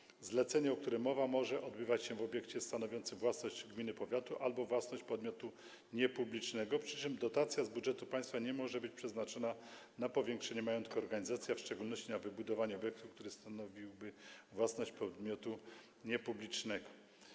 Realizacja zlecenia, o którym mowa, może odbywać się w obiekcie stanowiącym własność gminy, powiatu albo własność podmiotu niepublicznego, przy czym dotacja z budżetu państwa nie może być przeznaczona na powiększenie majątku organizacji, a w szczególności na wybudowanie obiektu, który stanowiłby własność podmiotu niepublicznego.